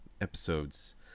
episodes